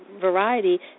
Variety